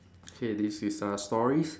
okay this is uh stories